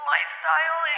Lifestyle